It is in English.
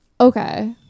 okay